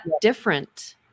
different